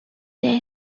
there